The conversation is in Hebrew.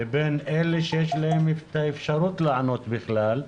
לבין אלה שיש להם את האפשרות לענות בכלל,